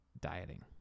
dieting